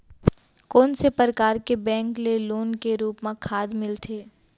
कोन से परकार के बैंक ले लोन के रूप मा खाद मिलथे?